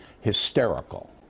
hysterical